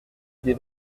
des